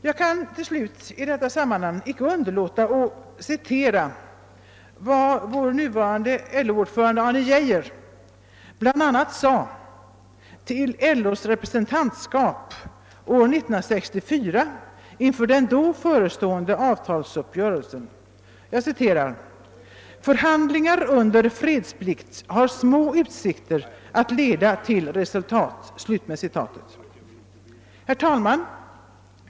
Jag kan i detta sammanhang till slut inte underlåta att citera vad vår nuvarande LO-ordförande Arne Geijer bl.a. sade till LO:s representantskap år 1964 inför den förestående avtalsuppgörelsen: »Förhandlingar under fredsplikt har små utsikter att leda till resultat.» Herr talman!